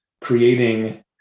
creating